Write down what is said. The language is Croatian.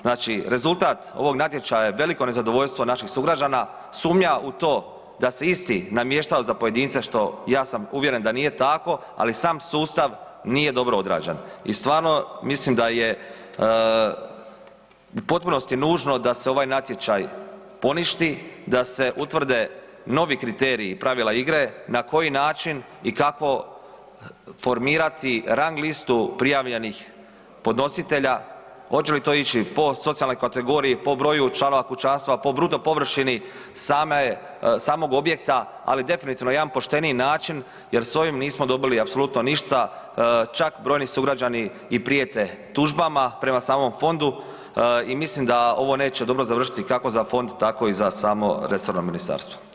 Znači rezultat ovog natječaja je veliko nezadovoljstvo naših sugrađana, sumanja u to da se isti namještao za pojedince što ja sam uvjeren da nije tako, ali sam sustav nije dobro odrađen i stvarno mislim da je u potpunosti nužno da se ovaj natječaj poništi, da se utvrde novi kriteriji i pravila igre na koji način i kako formirati rang listu prijavljenih podnositelja, hoće li to ići po socijalnoj kategoriji, po broju članova kućanstva, po bruto površini samog objekta, ali definitivno jedan pošteniji način jer s ovim nismo dobili ništa, čak brojni sugrađani i prijete tužbama prema samom fondu i mislim da ovo neće dobro završiti kako za fond, tako i za samo resorno ministarstvo.